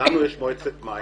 לנו יש מועצת מים